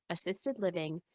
assisted living,